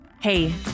Hey